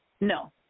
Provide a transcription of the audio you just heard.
No